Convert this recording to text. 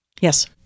Yes